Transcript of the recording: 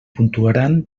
puntuaran